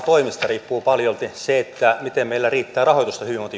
toimista riippuu paljolti se miten meillä riittää